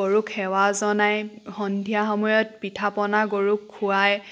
গৰুক সেৱা জনাই সন্ধিয়া সময়ত পিঠা পনা গৰুক খুৱায়